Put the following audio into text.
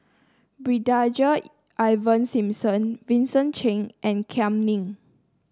Ivan Simson Vincent Cheng and Kam Ming